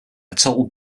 total